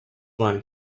wine